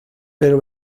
però